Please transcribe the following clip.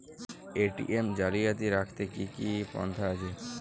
ATM জালিয়াতি রুখতে কি কি পন্থা আছে?